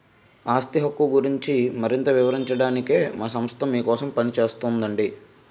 ఆస్తి హక్కు గురించి మరింత వివరించడానికే మా సంస్థ మీకోసం పనిచేస్తోందండి